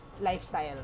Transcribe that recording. lifestyle